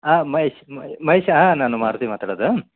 ಹಾಂ ಮಹೇಶ್ ಮಹೇಶ ನಾನು ಮಾರುತಿ ಮಾತಾಡೋದು